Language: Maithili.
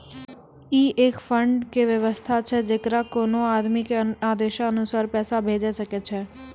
ई एक फंड के वयवस्था छै जैकरा कोनो आदमी के आदेशानुसार पैसा भेजै सकै छौ छै?